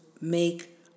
make